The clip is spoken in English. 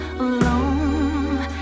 alone